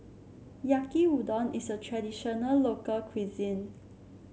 Yaki Udon is a traditional local cuisine